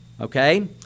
Okay